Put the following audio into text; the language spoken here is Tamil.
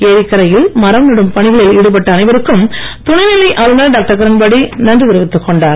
ஏரிக்கரையில் மரம் நடும் பணிகளில் ஈடுபட்ட அனைவருக்கும் துணைநிலை ஆளுநர் டாக்டர் கிரண்பேடி நன்றி தெரிவித்துக் கொண்டார்